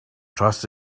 trust